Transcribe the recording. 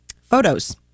photos